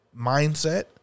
mindset